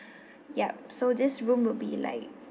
yup so this room will be like